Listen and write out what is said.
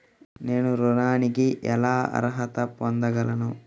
నేను ఋణానికి ఎలా అర్హత పొందగలను?